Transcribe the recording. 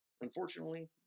unfortunately